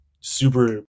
super